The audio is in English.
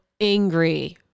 angry